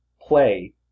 play